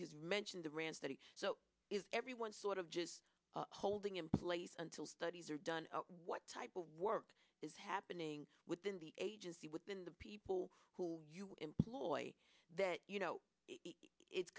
s mentioned the rand study so is everyone sort of just holding in place until studies are done what type of work is happening within the agency within the people who you employ that you know it's